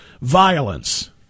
violence